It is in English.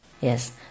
Yes